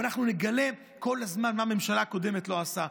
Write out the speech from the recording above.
ואנחנו נגלה כל הזמן מה הממשלה הקודמת לא עשתה.